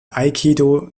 aikido